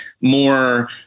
more